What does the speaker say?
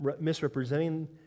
misrepresenting